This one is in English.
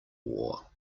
war